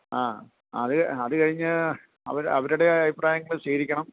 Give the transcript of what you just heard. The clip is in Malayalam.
ആ അത് അതുകഴിഞ്ഞ് അവരുടെ അഭിപ്രായങ്ങള് സ്വീകരിക്കണം